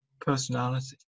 personality